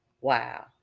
Wow